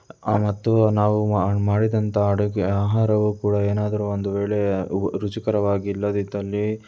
ಮತ್ತು ನಾವು ಮಾಡಿದಂಥ ಅಡುಗೆ ಆಹಾರವು ಕೂಡ ಏನಾದರೂ ಒಂದು ವೇಳೆ ಉ ರುಚಿಕರವಾಗಿಲ್ಲದಿದ್ದಲ್ಲಿ